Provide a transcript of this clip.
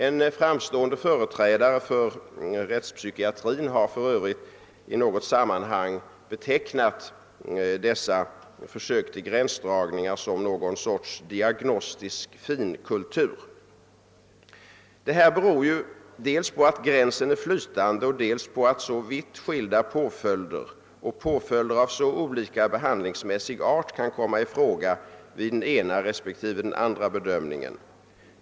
En framstående företrädare för rättspsykiatrin har för övrigt i något sammanhang betecknat dessa för sök till gränsdragningar som någon sorts diagnostisk finkultur. Detta beror dels på att gränsen är flytande, dels på att så vitt skilda påföljder och påföljder av så olika behandlingsmässig art kan komma i fråga vid den ena respektive den andra bedömningen.